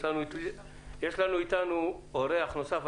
יש איתנו אורח נוסף.